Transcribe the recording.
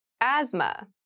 Asthma